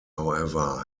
however